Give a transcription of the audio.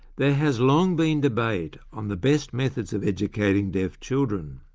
there has long been debate on the best methods of educating deaf children.